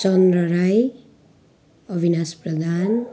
Chandra Rai Avinash Pradhan